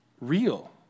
real